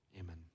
Amen